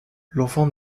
l’enfant